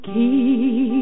Keep